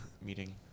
meeting